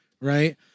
right